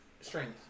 Strength